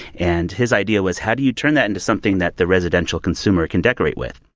and his idea was, how do you turn that into something that the residential consumer can decorate with?